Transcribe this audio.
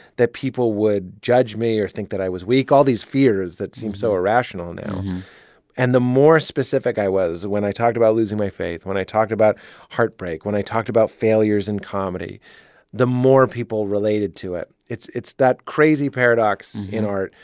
that people would judge me or think that i was weak all these fears that seem so irrational now and the more specific i was when i talked about losing my faith, when i talked about heartbreak, when i talked about failures in comedy the more people related to it. it's it's that crazy paradox in art.